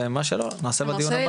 ומה שלא נעשה בדיון הבא.